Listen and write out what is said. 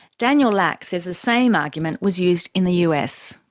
daniel lack says the same argument was used in the us.